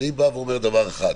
אני בא ואומר דבר אחד: